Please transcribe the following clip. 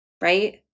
Right